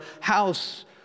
house